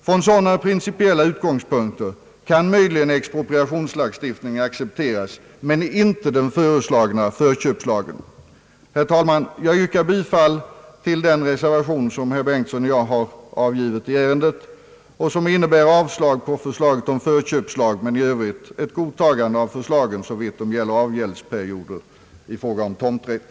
Från sådana principiella utgångspunkter kan möjligen expropriationslagstiftningen accepteras men inte den föreslagna förköpslagen. Herr talman! Jag yrkar bifall till den reservation som herr Bengtson i Solna och jag har avgivit i ärendet och som innebär ett avstyrkande av förslaget om förköpslag men i övrigt ett tillstyrkande av förslagen i propositionen såvitt gäller avgäldsperioder i fråga om tomträtt.